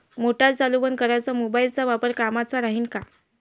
Motor चालू बंद कराच मोबाईलचा वापर कामाचा राहीन का?